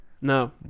No